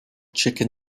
chicken